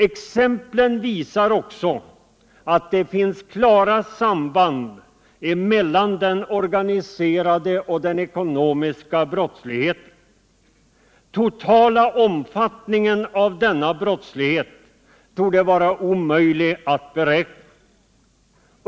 Exemplen visar även att det finns klara samband mellan den organiserade och den ekonomiska brottsligheten. Den totala omfattningen av denna brottslighet torde vara omöjlig att beräkna.